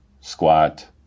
squat